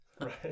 Right